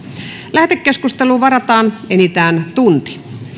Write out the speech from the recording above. lähetekeskusteluun varataan enintään tunti